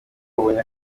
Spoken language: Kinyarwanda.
abonye